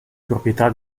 proprietà